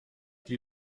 die